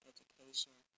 Education